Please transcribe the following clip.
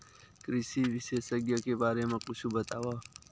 कृषि विशेषज्ञ के बारे मा कुछु बतावव?